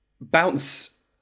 bounce